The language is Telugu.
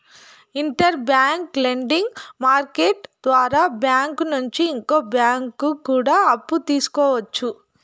ఇంటర్ బ్యాంక్ లెండింగ్ మార్కెట్టు ద్వారా బ్యాంకు నుంచి ఇంకో బ్యాంకు కూడా అప్పు తీసుకోవచ్చు